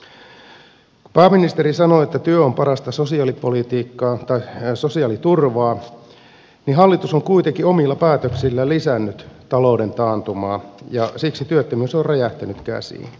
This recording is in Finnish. vaikka pääministeri sanoi että työ on parasta sosiaalipolitiikkaa tai sosiaaliturvaa niin hallitus on kuitenkin omilla päätöksillään lisännyt talouden taantumaa ja siksi työttömyys on räjähtänyt käsiin